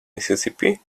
mississippi